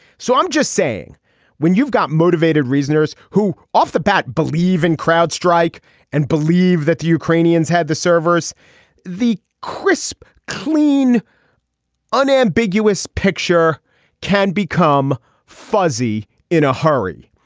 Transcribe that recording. so i'm just saying when you've got motivated reasons who off the bat believe in crowd strike and believe that the ukrainians had the servers the crisp clean unambiguous picture can become fuzzy in a hurry.